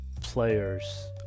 players